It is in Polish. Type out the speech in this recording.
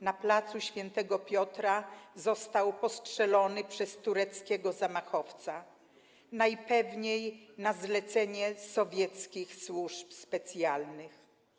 Na placu św. Piotra został postrzelony przez tureckiego zamachowca, najpewniej na zlecenie sowieckich służb specjalnych.